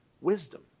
wisdom